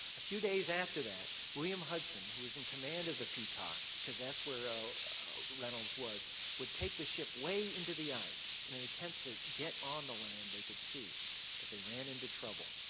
a few days after that, william hudson, who was in command of the peacock, because that's where reynolds was would take the ship way into the ice in an attempt to get on the land they could see but they ran into trouble.